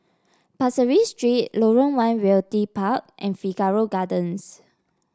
Pasir Ris Street Lorong One Realty Park and Figaro Gardens